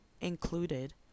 included